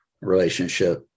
relationship